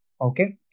okay